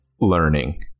learning